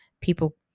people